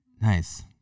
Nice